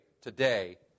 today